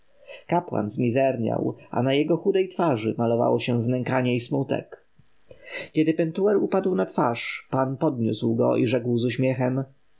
kapłan zmizerniał a na jego chudej twarzy malowało się znękanie i smutek kiedy pentuer upadł na twarz pan podniósł go i rzekł z uśmiechem